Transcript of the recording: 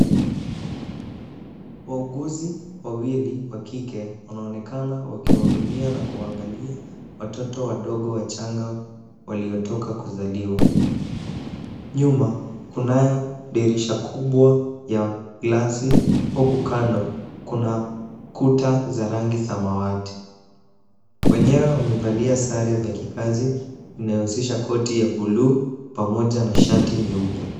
Wauguzi wawili wa kike wanaonekana wakiwahudumia na kuwaangalia watoto wadogo wachanaga waliotoka kuzaliwa. Nyuma kunayo dirisha kubwa ya glesi, huku kando, kuna kuta za rangi samawati. Wenyewe wamevalia sare za kikazi inayohusisha koti ya bluu pamoja na shati nyeupe.